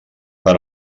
per